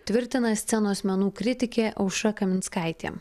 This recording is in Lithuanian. tvirtina scenos menų kritikė aušra kaminskaitė